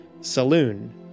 Saloon